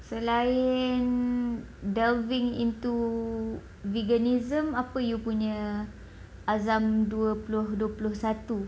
selain delving into veganism apa you punya azam dua puluh dua puluh satu